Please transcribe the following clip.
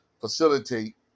facilitate